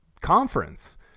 conference